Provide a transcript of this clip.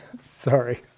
Sorry